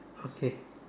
okay